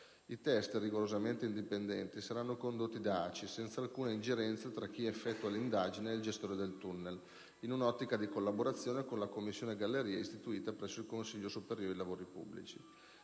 I test, rigorosamente indipendenti, saranno condotti da ACI senza alcuna ingerenza tra chi effettua l'indagine e il gestore del tunnel, in un'ottica di collaborazione con la commissione gallerie istituita presso il Consiglio superiore dei lavori pubblici.